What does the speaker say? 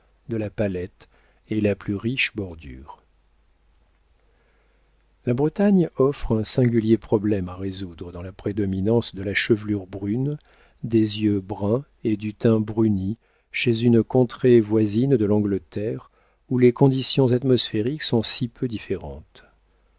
de la palette et la plus riche bordure la bretagne offre un singulier problème à résoudre dans la prédominance de la chevelure brune des yeux bruns et du teint bruni chez une contrée voisine de l'angleterre où les conditions atmosphériques sont si peu différentes